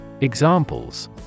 Examples